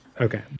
Okay